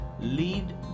Lead